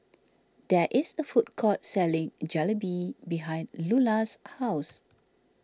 there is a food court selling Jalebi behind Lulla's house